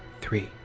three